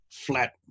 flat